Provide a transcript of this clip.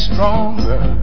Stronger